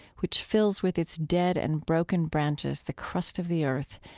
which fills with its dead and broken branches the crust of the earth,